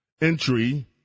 entry